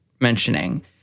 mentioning